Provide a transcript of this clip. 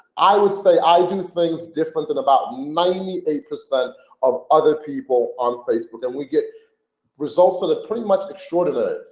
i would say i do things different in about ninety eight percent of other people on facebook and we get results for the pretty much extraordinary,